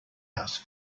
house